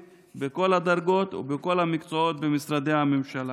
בכל הדרגות ובכל המקצועות במשרדי הממשלה.